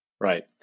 Right